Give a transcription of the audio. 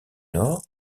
nord